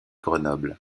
grenoble